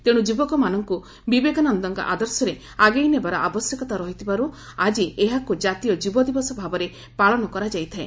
ତେଶୁ ଯୁବକମାନଙ୍ଙୁ ବିବେକାନନ୍ଦଙ୍କ ଆଦର୍ଶରେ ଆଗେଇ ନେବାର ଆବଶ୍ୟକତା ରହିଥିବାରୁ ଆକି ଏହାକୁ ଜାତୀୟ ଯୁବ ଦିବସ ଭାବରେ ପାଳନ କରାଯାଇଥାଏ